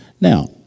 Now